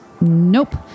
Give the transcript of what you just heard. nope